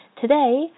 Today